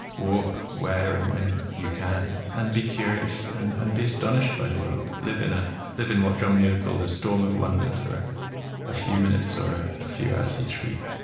walk where and when you can, and be curious, and and be astonished by the world. live in ah live in what john muir called a storm of wonder for a few minutes or a few hours each week.